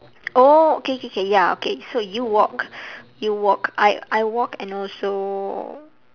oh okay okay okay ya okay so you walk you walk I I walk and also